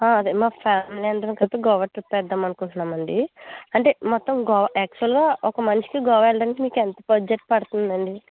అదే మా ఫ్యామిలీ అందరం కలిసి గోవా ట్రిప్ వేద్దాం అనుకుంటున్నాం అండి అంటే మొత్తం గోవా ఆక్చువల్గా గోవాకి వెళ్ళడానికి ఒక మనిషికి ఎంత బడ్జెట్ పడుతుంది అండి